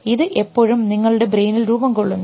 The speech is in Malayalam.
ഇത് എപ്പോഴും നിങ്ങളുടെ ബ്രെയിനിൽ രൂപംകൊള്ളുന്നു